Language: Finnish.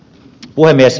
puhemies